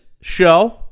show